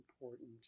important